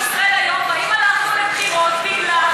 זה על עיתון "ישראל היום" והאם הלכנו לבחירות בגלל,